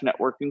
networking